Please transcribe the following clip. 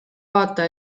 vaata